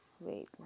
wait